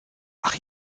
ach